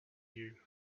you